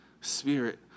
Spirit